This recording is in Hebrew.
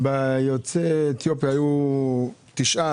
יוצאי אתיופיה היו תשעה,